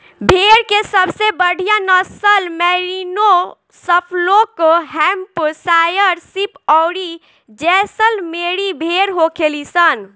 भेड़ के सबसे बढ़ियां नसल मैरिनो, सफोल्क, हैम्पशायर शीप अउरी जैसलमेरी भेड़ होखेली सन